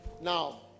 now